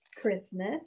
Christmas